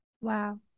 Wow